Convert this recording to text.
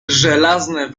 żelazne